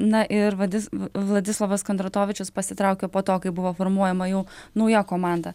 na ir vadis vladislovas kondratovičius pasitraukė po to kai buvo formuojama jau nauja komanda